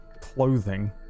clothing